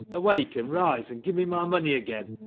awake, and rise, and give me my money again,